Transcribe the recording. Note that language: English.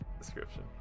description